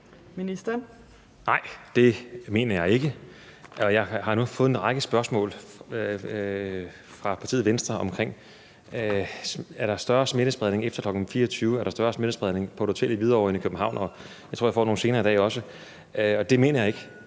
Heunicke): Nej, det mener jeg ikke. Jeg har nu fået en række spørgsmål fra partiet Venstre om, om der er større smittespredning efter kl. 24, og om der er større smittespredning på et hotel i Hvidovre end i København, og jeg tror, jeg får nogle tilsvarende senere i dag. Det mener jeg ikke,